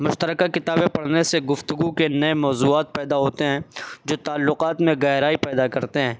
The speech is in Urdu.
مشترکہ کتابیں پڑھنے سے گفتگو کے نئے موضوعات پیدا ہوتے ہیں جو تعلقات میں گہرائی پیدا کرتے ہیں